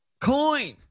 coin